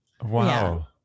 Wow